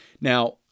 Now